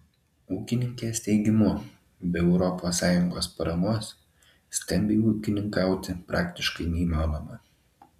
ūkininkės teigimu be europos sąjungos paramos stambiai ūkininkauti praktiškai neįmanoma